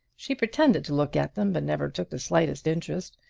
she pretended to look at them, but never took the slightest interest.